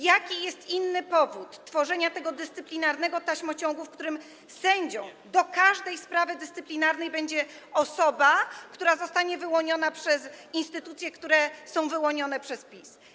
Jaki jest inny powód tworzenia tego dyscyplinarnego taśmociągu, w którym sędzią w każdej sprawie dyscyplinarnej będzie osoba, która zostanie wyłoniona przez instytucje, które są powołane przez PiS?